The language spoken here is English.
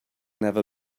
never